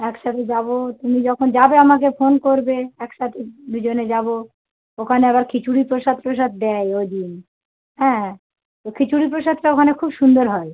একসাথে যাবো তুমি যখন যাবে আমাকে ফোন করবে একসাথে দুজনে যাবো ওখানে আবার খিচুড়ি প্রসাদ টোসাদ দেয় ওইদিন হ্যাঁ তো খিচুড়ি প্রসাদটা ওখানে খুব সুন্দর হয়